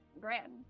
Grand